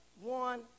one